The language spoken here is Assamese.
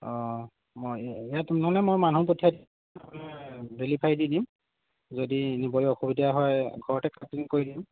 অঁ মই মানে মানুহ পঠিয়ায় দিম ডেলিভাৰী দি দিম যদি নিবলৈ অসুবিধা হয় ঘৰতে কাটিং কৰি দিম